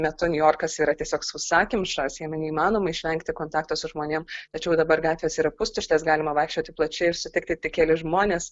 metu niujorkas yra tiesiog sausakimšas jame neįmanoma išvengti kontakto su žmonėm tačiau dabar gatvės yra pustuštės galima vaikščioti plačiai ir sutikti tik kelis žmones